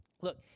Look